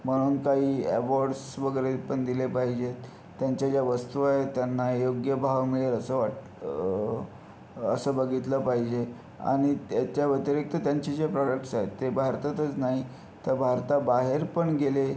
म्हणून काही ॲवॉर्डस् वगैरे पण दिले पाहिजेत त्यांच्या ज्या वस्तू आहे त्यांना योग्य भाव मिळेल असं वाट असं बघितलं पाहिजे आणि त्याच्या व्यतिरिक्त त्यांचे जे प्रॉडक्टस आहेत ते भारतातच नाही तर भारताबाहेर पण गेले